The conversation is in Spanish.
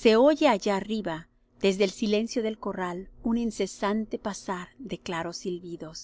se oye allá arriba desde el silencio del corral un incesante pasar de claros silbidos